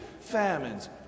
Famines